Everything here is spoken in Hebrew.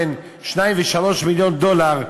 בין 2 ל-3 מיליון דולר,